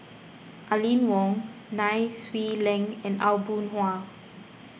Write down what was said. Aline Wong Nai Swee Leng and Aw Boon Haw